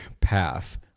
path